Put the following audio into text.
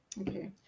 Okay